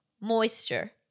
moisture